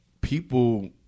people